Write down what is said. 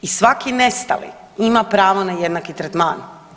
I svaki nestali ima pravo na jednaki tretman.